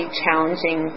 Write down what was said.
challenging